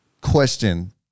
Question